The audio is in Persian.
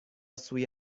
سوی